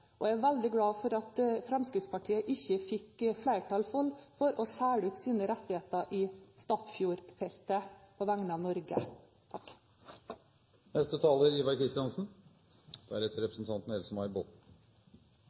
Jeg er veldig glad for at Fremskrittspartiet ikke fikk flertall for å selge ut rettigheter i Statfjordfeltet på vegne av Norge.